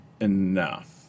enough